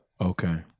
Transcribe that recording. Okay